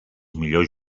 millors